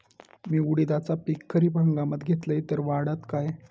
मी उडीदाचा पीक खरीप हंगामात घेतलय तर वाढात काय?